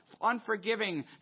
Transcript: unforgiving